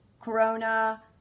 corona